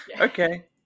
Okay